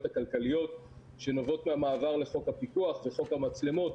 הכלכליות שנובעות מהמעבר לחוק הפיקוח וחוק המצלמות,